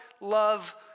love